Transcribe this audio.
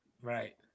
Right